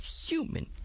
human